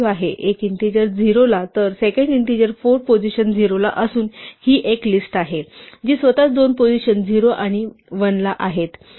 एक इंटीजर 0 ला तर सेकंड इंटीजर 4 पोझिशन 0 ला असून ही एक लिस्ट आहे जी स्वतःच दोन पोझिशन 0 आणि 1 ला आहे